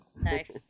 Nice